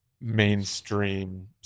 mainstream